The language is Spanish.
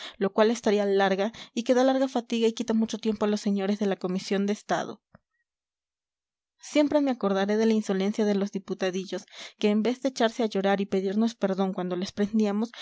lo cual es tarea larga y que da larga fatiga y quita mucho tiempo a los señores de la comisión de estado siempre me acordaré de la insolencia de los diputadillos que en vez de echarse a llorar y pedirnos perdón cuando les prendíamos